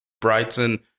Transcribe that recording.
Brighton